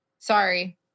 Sorry